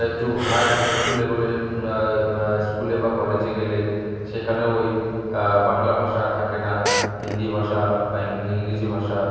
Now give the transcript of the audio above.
একটু হাই উঁচু লেভেলে স্কুলে বা কলেজে গেলে সেখানেও ওই বাংলা ভাষা আর থাকে না হিন্দি ভাষা বা ইংরেজি ভাষা